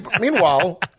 Meanwhile